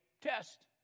test